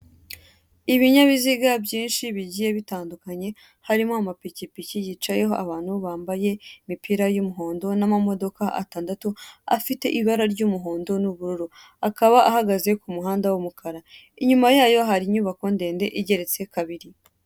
Ibinyabiziga byinshi bigiye bitandukanye, harimo amapikipiki yicayeho abantu bambaye imipira y'umuhondo n'amamodoka atandatu afite ibara ry'umuhondo n'ubururu, akaba ahagaze ku muhanda w'umukara, inyuma yayo hari inyubako ndende igeretse kabiri.